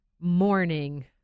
morning